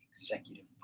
Executive